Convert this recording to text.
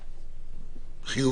לשחות עם עין פקוחה וטובה.